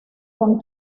con